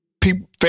people